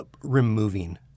removing